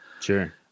Sure